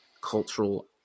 cultural